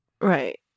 right